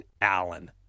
Allen